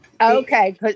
okay